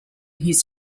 his